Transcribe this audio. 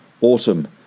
autumn